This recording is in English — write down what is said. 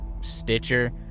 Stitcher